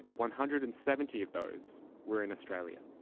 one hundred and seventy of those were in australia.